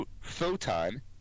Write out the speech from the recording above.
Photon